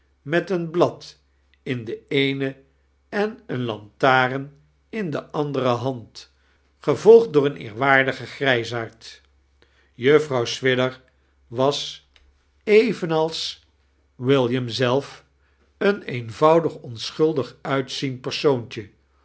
met een blad in de-eene en een lantaarn in de andere hand gevolgd door een eerwaardigen grijsaard juffrouw swidger was evenals william zelf een eenvoudig onsohuldig uiteiend persoontje